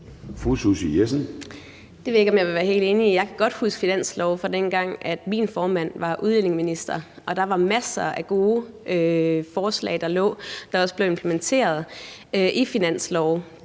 Susie Jessen (DD): Det ved jeg ikke om jeg er helt enig i. Jeg kan godt huske finanslovene fra dengang, da min formand var udlændingeminister, og der var masser af gode forslag i de finanslove,